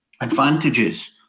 advantages